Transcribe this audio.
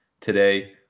today